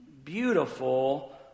beautiful